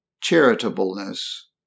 charitableness